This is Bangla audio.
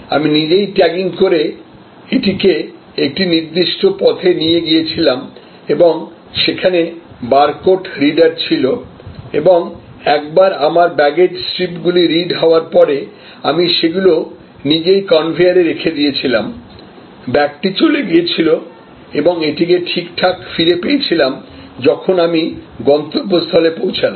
আমি নিজেই ট্যাগিং করে এটিকে একটি নির্দিষ্ট পথে নিয়ে গিয়েছিলাম এবং সেখানে বারকোড রিডার ছিল এবং একবার আমার ব্যাগেজ স্ট্রিপগুলি রিড হওয়ার পরে আমি সেগুলি নিজেই কনভেয়ারে রেখে দিয়েছিলাম ব্যাগটি চলে গিয়েছিল এবং এটিকে ঠিকঠাক ফিরে পেয়েছিলাম যখন আমি গন্তব্য স্থলে পৌঁছলাম